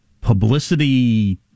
publicity